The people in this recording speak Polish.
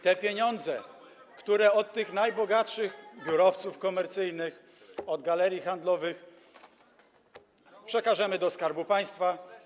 Te pieniądze od tych najbogatszych biurowców komercyjnych, od galerii handlowych przekażemy do Skarbu Państwa.